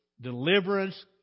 Deliverance